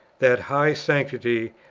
that high sanctity,